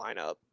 lineup